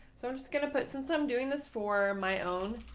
so i'm just going to put since i'm doing this for my own